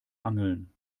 angeln